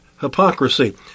hypocrisy